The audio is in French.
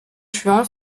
juan